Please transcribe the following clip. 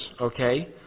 okay